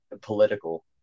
political